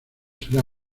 será